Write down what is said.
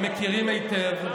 ומכירים היטב.